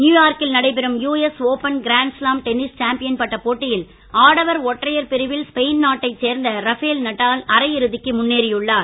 நியூயார்க்கில் நடைபெறும் US open grand slam tennis champion பட்டப் போட்டியில் ஆடவர் ஒற்றையர்ன பிரிவில் ஸ்பெய்ன் நாட்டைச் துசேர்ந்த ரஃபேல் நடால் அரையிறுதிக்கு முன்னேறியுள்ளார்